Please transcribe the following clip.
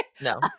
no